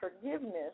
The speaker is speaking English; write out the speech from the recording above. forgiveness